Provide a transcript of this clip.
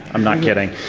i'm not kidding.